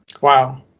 Wow